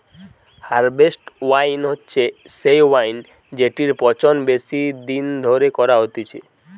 harvest wine হচ্ছে সেই wine জেটির পচন বেশি দিন ধরে করা হতিছে